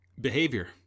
behavior